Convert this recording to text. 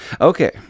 Okay